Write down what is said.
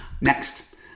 Next